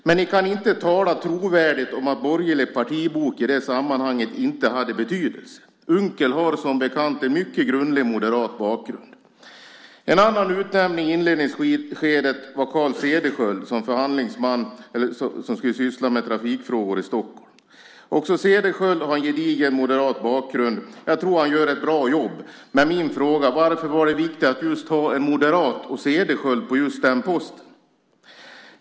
Men ni kan inte tala trovärdigt om att borgerlig partibok i det sammanhanget inte hade betydelse. Unckel har som bekant en mycket grundlig moderat bakgrund. En annan utnämning i inledningsskedet var Carl Cederschiöld, som skulle syssla med trafikfrågor i Stockholm. Också Cederschiöld har en gedigen moderat bakgrund. Jag tror att han gör ett bra jobb, men varför var det viktigt att ha just en moderat och just Cederschiöld på den posten?